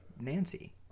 Nancy